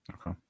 okay